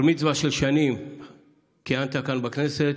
בר-מצווה של שנים כיהנת כאן בכנסת,